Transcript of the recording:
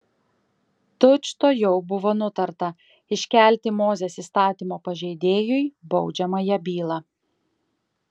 tučtuojau buvo nutarta iškelti mozės įstatymo pažeidėjui baudžiamąją bylą